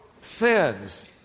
Sins